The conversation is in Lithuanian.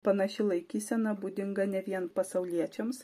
panaši laikysena būdinga ne vien pasauliečiams